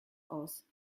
aus